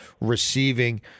receiving